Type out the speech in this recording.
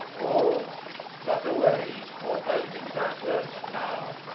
or but away, forebodings adverse, now,